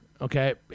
Okay